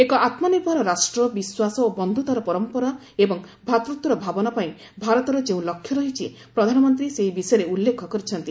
ଏକ ଆତ୍ମନିର୍ଭର ରାଷ୍ଟ୍ର ବିଶ୍ୱାସ ଓ ବନ୍ଧୁତାର ପରମ୍ପରା ଏବଂ ଭ୍ରାତୃତ୍ୱର ଭାବନା ପାଇଁ ଭାରତର ଯେଉଁ ଲକ୍ଷ୍ୟ ରହିଛି ପ୍ରଧାନମନ୍ତ୍ରୀ ସେହି ବିଷୟରେ ଉଲ୍ଲେଖ କରିଛନ୍ତି